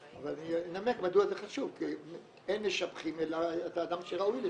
אבל אני אנמק מדוע זה חשוב כי אין משבחים אלא את האדם שראוי לשבח.